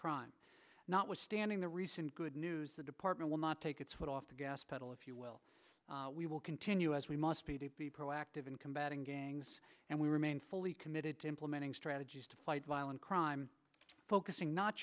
crime notwithstanding the recent good news the department will not take its foot off the gas pedal if you will we will continue as we must be proactive in combating gangs and we remain fully committed to implementing strategies to violent crime focusing not